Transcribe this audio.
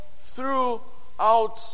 throughout